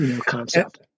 concept